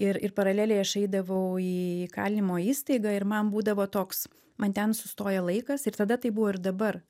ir ir paraleliai aš eidavau į įkalinimo įstaigą ir man būdavo toks man ten sustoja laikas ir tada taip buvo ir dabar